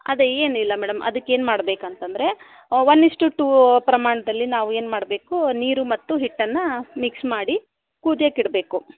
ಅದೇ ಏನಿಲ್ಲ ಮೇಡಂ ಅದಕ್ಕ್ ಏನು ಮಾಡಬೇಕಂತದ್ರೆ ವನ್ ಈಸ್ ಟು ಟೂ ಪ್ರಮಾಣದಲ್ಲಿ ನಾವು ಏನು ಮಾಡಬೇಕು ನೀರು ಮತ್ತು ಹಿಟ್ಟನ್ನು ಮಿಕ್ಸ್ ಮಾಡಿ ಕುದ್ಯಕ್ಕೆ ಇಡಬೇಕು